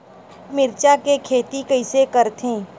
मिरचा के खेती कइसे करथे?